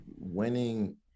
winning